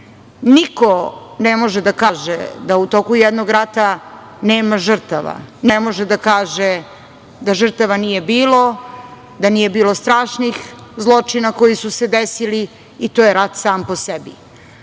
ne može da kaže da u toku jednog rata nema žrtava. Niko ne može da kaže da žrtava nije bilo, da nije bilo strašnih zločina koji su se desili i to je rat sam po sebi.